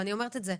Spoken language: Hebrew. ואני אומרת את זה,